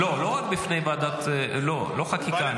לא חקיקה,